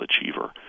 achiever